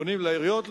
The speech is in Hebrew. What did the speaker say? פונים לעיריות,